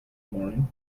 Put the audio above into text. morning